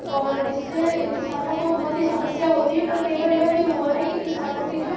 और इससे किसानों काे बहुत ही समस्या होती है पर कई बार यह भी हुआ है कि किसानों की जो